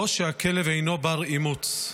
או שהכלב אינו בר אימוץ.